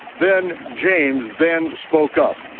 then james then spoke up.